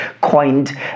coined